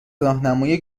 راهنمای